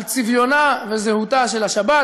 על צביונה וזהותה של השבת,